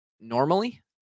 normally